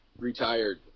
Retired